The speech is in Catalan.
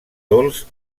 dolç